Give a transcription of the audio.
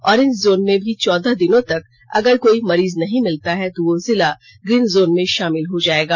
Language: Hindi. ऑरेंज जोन में भी चौदह दिनों तक अगर कोई मरीज नहीं मिलता है तो वह जिला ग्रीन जोन में शामिल हो जायेगा